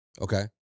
Okay